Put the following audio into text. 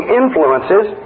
influences